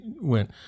went